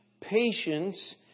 patience